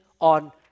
on